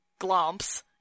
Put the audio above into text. glomps